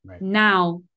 Now